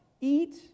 eat